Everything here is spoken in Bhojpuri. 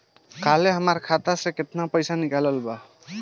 काल्हे हमार खाता से केतना पैसा निकलल बा?